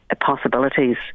possibilities